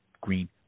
Green